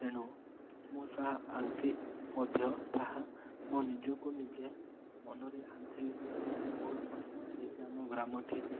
ତେଣୁ ମୁଁ ତାହା ଆଙ୍କି ମଧ୍ୟ ତାହା ମୋ ନିଜକୁ ନିଜେ ମନରେ ଆଣିଥିଲି ଯେ ବହୁତ ବଢ଼ିଆ ହେଇଛି ଆମ ଗ୍ରାମଟି